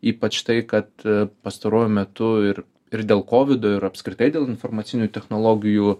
ypač tai kad pastaruoju metu ir ir dėl kovido ir apskritai dėl informacinių technologijų